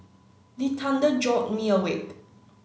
the thunder jolt me awake